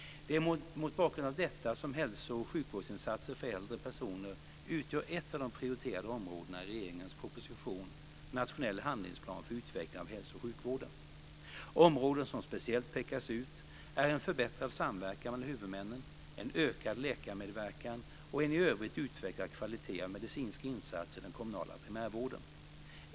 Det är mot bakgrund av detta som hälso och sjukvårdsinsatser för äldre personer utgör ett av de prioriterade områdena i regeringens proposition Nationell handlingsplan för utveckling av hälso och sjukvården. Områden som speciellt pekas ut är en förbättrad samverkan mellan huvudmännen, en ökad läkarmedverkan och en i övrigt utvecklad kvalitet på medicinska insatser i den kommunala primärvården.